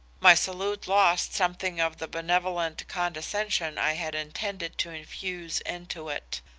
my salute lost something of the benevolent condescension i had intended to infuse into it.